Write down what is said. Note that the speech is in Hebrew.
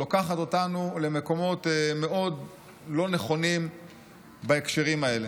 לוקחת אותנו למקומות מאוד לא נכונים בהקשרים האלה.